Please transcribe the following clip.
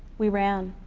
we ran.